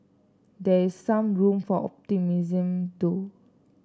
there is some room for optimism though